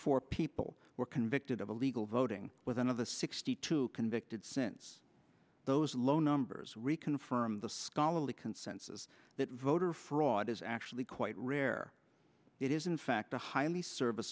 four people were convicted of illegal voting with one of the sixty two convicted since those low numbers reconfirmed scholarly consensus that voter fraud is actually quite rare it is in fact a highly service